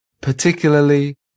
particularly